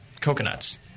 coconuts